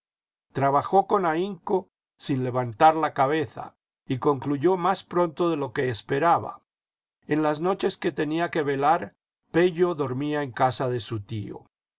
trabajó con ahinco sin levantar la cabeza y concluyó más pronto de lo que esperaba en las noches que tenía que velar pello dormía en casa de su tío